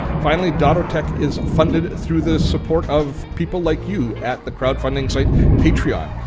finally, dottotech is funded through the support of people like you at the crowdfunding site, patreon.